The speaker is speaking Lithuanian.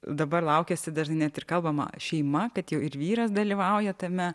dabar laukiasi dažnai net ir kalbama šeima kad jau ir vyras dalyvauja tame